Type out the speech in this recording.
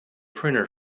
printer